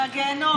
מהגיהינום.